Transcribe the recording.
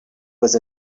was